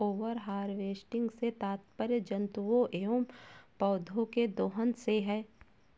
over harvesting से तात्पर्य जंतुओं एंव पौधौं के दोहन से है